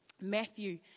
Matthew